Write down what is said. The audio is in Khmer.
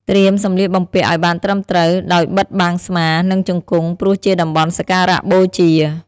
ត្រៀមសំលៀកបំពាក់ឲ្យបានត្រឹមត្រូវ ដោយបិទបាំងស្មា និងជង្គង់ ព្រោះជាតំបន់សក្ការៈបូជា។